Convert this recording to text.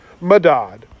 Madad